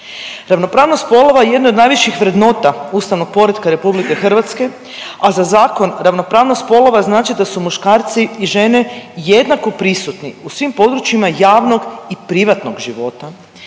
Ravnopravnost spolova je jedna od najviših vrednota ustavnog poretka RH, a za zakon ravnopravnost spolova znači da su muškarci i žene jednako prisutni u svim područjima javnog i privatnog života,